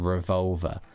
Revolver